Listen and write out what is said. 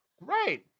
Right